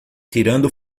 tirando